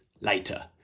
later